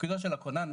תפקידו של הכונן,